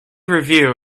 review